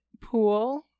pool